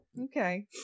Okay